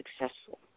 successful